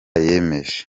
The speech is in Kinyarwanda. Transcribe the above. yemeje